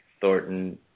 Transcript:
Thornton